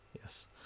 Yes